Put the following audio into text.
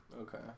Okay